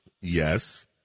Yes